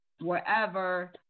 wherever